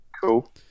Cool